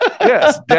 Yes